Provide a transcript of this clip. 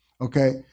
okay